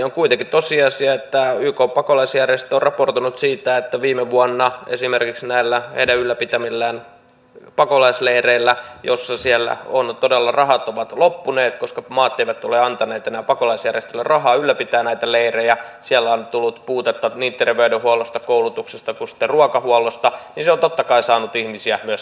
on kuitenkin tosiasia että ykn pakolaisjärjestö on raportoinut siitä että viime vuonna esimerkiksi näillä heidän ylläpitämillään pakolaisleireillä missä siellä ovat todella rahat loppuneet koska maat eivät ole antaneet enää pakolaisjärjestöille rahaa ylläpitää näitä leirejä on tullut puutetta niin terveydenhuollosta koulutuksesta kuin ruokahuollosta ja se on totta kai saanut ihmisiä myös liikkeelle